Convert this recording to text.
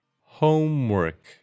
Homework